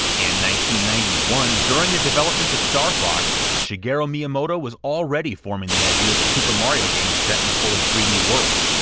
ninety ninety one, during the development of star fox, shigeru miyamoto was already forming the idea of a super mario game set in a fully three d world,